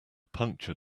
puncture